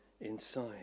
inside